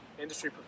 industry